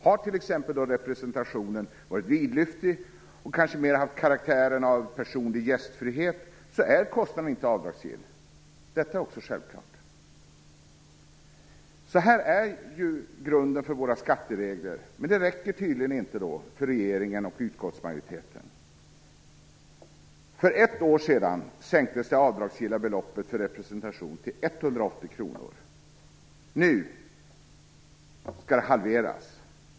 Har då t.ex. representationen varit vidlyftig och kanske mer haft karaktären av personlig gästfrihet, är kostnaden inte avdragsgill. Detta är också självklart. Detta är grunden för våra skatteregler, men det räcker tydligen inte för regeringen och utskottsmajoriteten. För ett år sedan sänktes det avdragsgilla beloppet för representation till 180 kr. Nu skall det halveras.